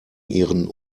ihren